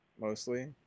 mostly